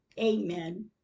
Amen